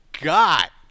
got